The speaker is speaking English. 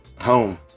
home